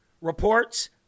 reports